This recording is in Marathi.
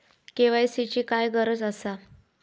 के.वाय.सी ची काय गरज आसा?